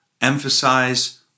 emphasize